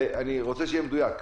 אני רוצה שזה יהיה מדויק.